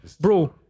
Bro